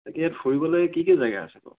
তাকে ইয়াত ফুৰিবলৈ কি কি জেগা আছে